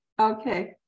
Okay